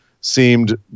seemed